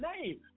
name